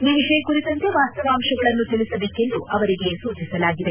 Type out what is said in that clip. ಈ ವಿಷಯ ಕುರಿತಂತೆ ವಾಸ್ತವಾಂಶಗಳನ್ನು ತಿಳಿಸಬೇಕೆಂದು ಅವರಿಗೆ ಸೂಚಿಸಲಾಗಿದೆ